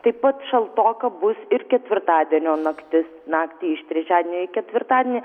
taip pat šaltoka bus ir ketvirtadienio naktis naktį iš trečiadienio į ketvirtadienį